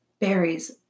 berries